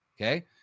Okay